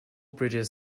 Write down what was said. bridges